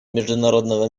международного